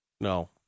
No